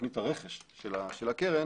לתכנית הרכש של הקרן,